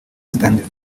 stanley